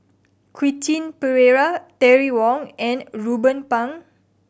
Quentin Pereira Terry Wong and Ruben Pang